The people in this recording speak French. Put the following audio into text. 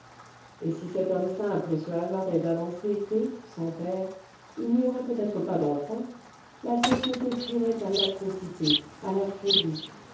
et si cet homme simple se hasardait d'avancer que sans père il n'y aurait peut-être pas d'enfant la société crierait à l'atrocité à la folie